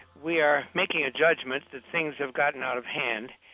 we are making a judgment that things have gotten out of hand.